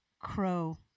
Crow